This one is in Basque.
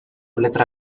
letra